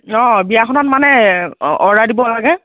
অঁ বিয়াখনত মানে অ অৰ্ডাৰ দিব লাগে